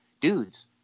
dudes